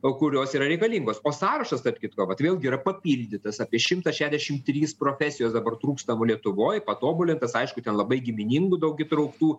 o kurios yra reikalingos o sąrašas tarp kitko vat vėlgi yra papildytas apie šimtą šešiasdešimt trys profesijos dabar trūkstamo lietuvoj patobulintas aišku ten labai giminingų daug įtrauktų